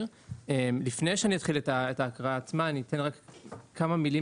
לפני שאתחיל את ההקראה עצמה אתן כמה מילים